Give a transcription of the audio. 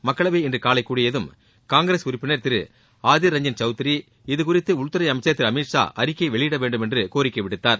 மக்களவை இன்று காலை கூடியதும் காங்கிரஸ் உறுப்பினர்திரு ஆதிர் ரஞ்சன் சௌத்ரி இதுகுறித்து உள்துறை அமைச்சர் திரு அமித் ஷா அறிக்கை வெளியிட வேண்டும் என்று கோரிக்கை விடுத்தார்